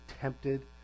tempted